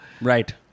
Right